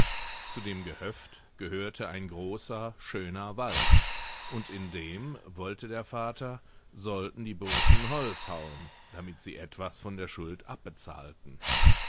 zu dem gehöft gehörte ein großer schöner wald und in dem wollte der vater sollten die burschen holz hauen damit sie etwas von der schuld abbezahlten